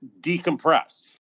decompress